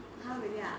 !huh! really ah